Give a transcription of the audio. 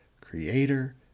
Creator